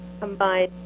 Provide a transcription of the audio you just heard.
combined